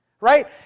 Right